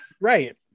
Right